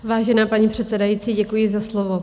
Vážená paní předsedající, děkuji za slovo.